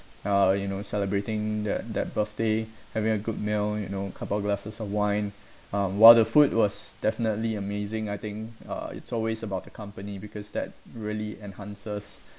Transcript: uh you know celebrating that that birthday having a good meal you know couple of glasses of wine um while the food was definitely amazing I think uh it's always about the company because that really enhances